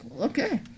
okay